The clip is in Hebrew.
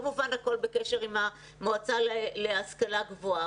והכול כמובן תוך קשר עם המועצה להשכלה גבוהה.